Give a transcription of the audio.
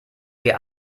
ihr